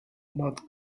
not